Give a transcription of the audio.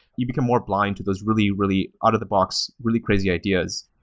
you become more blind to those really, really out of the box, really crazy ideas,